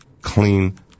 clean